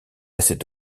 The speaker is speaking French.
cette